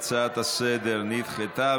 ההצעה נדחתה.